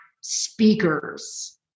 speakers